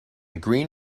green